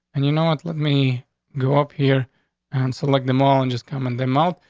and you know what? let me go up here and so like the mall and just come in their mouth.